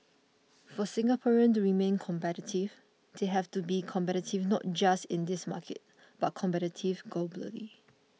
for Singaporeans to remain competitive they have to be competitive not just in this market but competitive globally